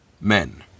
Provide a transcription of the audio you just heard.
men